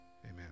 Amen